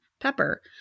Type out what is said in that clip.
Pepper